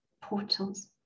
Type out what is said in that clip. portals